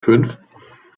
fünf